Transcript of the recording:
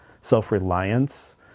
self-reliance